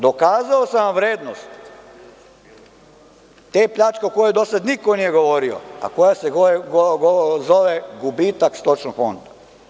Dokazao sam vam vrednost te pljačke o kojoj do sada niko nije govorio, a koja se zove – gubitak stočnog fonda.